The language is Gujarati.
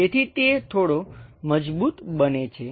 તેથી તે થોડો મજબુત બને છે